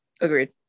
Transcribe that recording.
Agreed